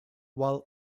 while